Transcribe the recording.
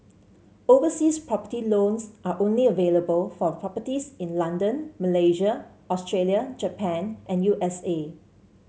overseas property loans are only available for properties in London Malaysia Australia Japan and U S A